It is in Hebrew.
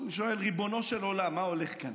ואני שואל, ריבונו של עולם, מה הולך כאן?